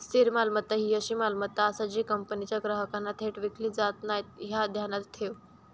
स्थिर मालमत्ता ही अशी मालमत्ता आसा जी कंपनीच्या ग्राहकांना थेट विकली जात नाय, ह्या ध्यानात ठेव